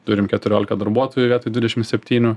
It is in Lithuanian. turime keturioliką darbuotojų vietoj dvidešim septynių